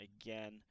again